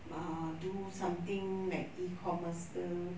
mah do something like ecommerce ke